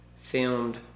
filmed